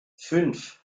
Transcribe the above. fünf